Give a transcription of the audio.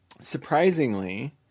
Surprisingly